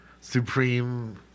Supreme